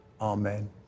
Amen